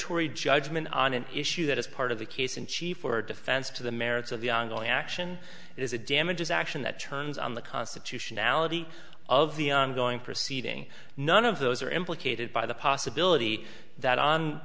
tory judgment on an issue that is part of the case in chief for defense to the merits of the ongoing action is a damages action that turns on the constitutionality of the ongoing proceeding none of those are implicated by the possibility that on